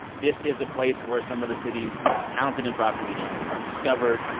this is a place where some of the city's most talented improv comedians are discovered.